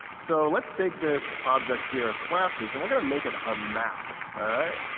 so let's take this object here of classes, and we're going to make it a map, all right?